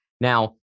Now